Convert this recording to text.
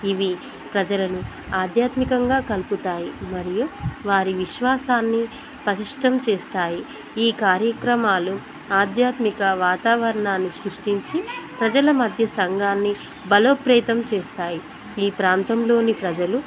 ఇవి ప్రజలను ఆధ్యాత్మికంగా కలుపుతాయి మరియు వారి విశ్వాసాన్ని పటిష్టం చేస్తాయి ఈ కార్యక్రమాలు ఆధ్యాత్మిక వాతావరణాన్ని సృష్టించి ప్రజల మధ్య సంఘాన్ని బలోపేతం చేస్తాయి ఈ ప్రాంతంలోని ప్రజలు